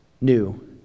new